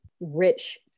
rich